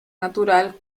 natural